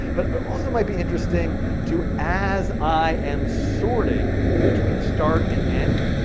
but it also might be interesting to as i'm sorting between start and end,